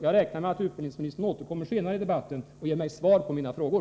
Jag räknar med att utbildningsministern återkommer senare i debatten och ger mig svar på mina frågor.